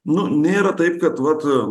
nu nėra taip kad vat